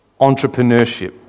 entrepreneurship